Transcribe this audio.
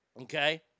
Okay